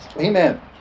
Amen